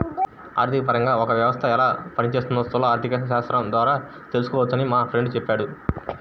ఆర్థికపరంగా ఒక వ్యవస్థ ఎలా పనిచేస్తోందో స్థూల ఆర్థికశాస్త్రం ద్వారా తెలుసుకోవచ్చని మా ఫ్రెండు చెప్పాడు